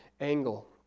angle